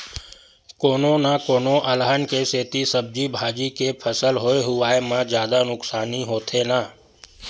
कोनो न कोनो अलहन के सेती सब्जी भाजी के फसल होए हुवाए म जादा नुकसानी होथे न